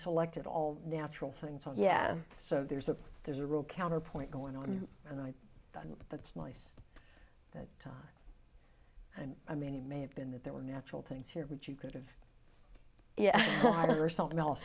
selected all natural thing so yeah so there's a there's a real counterpoint going on and i think that's nice that i mean it may have been that there were natural things here that you could have or something else